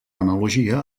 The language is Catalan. analogia